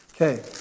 Okay